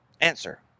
Answer